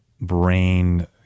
brain